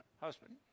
husband